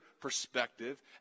perspective